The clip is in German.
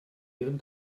ihren